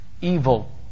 Evil